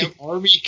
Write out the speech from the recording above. army